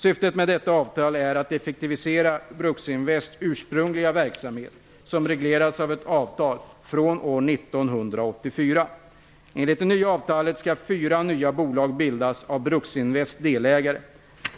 Syftet med detta avtal är att effektivisera Bruksinvests ursprungliga verksamhet, som reglerades av ett avtal från år Bruksinvests delägare.